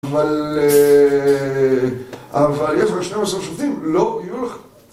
אבל... אבל יש לנו 12 שופטים, לא יהיו לך...